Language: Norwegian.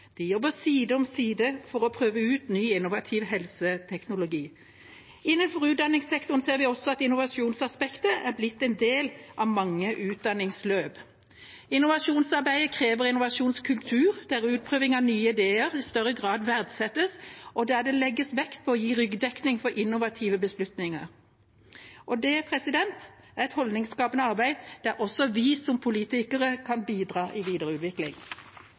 De jobber side om side for å prøve ut ny, innovativ helseteknologi. Innenfor utdanningssektoren ser vi også at innovasjonsaspektet har blitt en del av mange utdanningsløp. Innovasjonsarbeidet krever innovasjonskultur, der utprøving av nye ideer i større grad verdsettes, og der det legges vekt på å gi ryggdekning for innovative beslutninger. Det er et holdningsskapende arbeid der også vi som politikere kan bidra i videre utvikling.